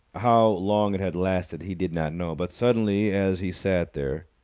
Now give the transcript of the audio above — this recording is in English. how long it had lasted, he did not know. but suddenly, as he sat there,